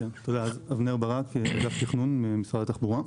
אני מאגף תכנון במשרד התחבורה.